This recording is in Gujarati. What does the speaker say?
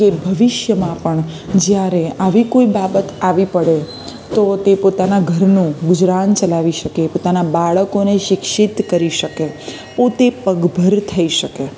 કે ભવિષ્યમાં પણ જ્યારે આવી કોઈ બાબત આવી પડે તો તે પોતાનાં ઘરનું ગુજરાન ચલાવી શકે પોતાનાં બાળકોને શિક્ષિત કરી શકે પોતે પગભર થઈ શકે